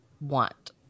want